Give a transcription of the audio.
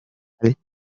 federal